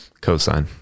cosine